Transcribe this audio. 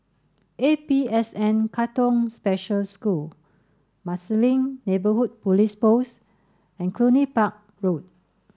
A P S N Katong Special School Marsiling Neighbourhood Police Post and Cluny Park Road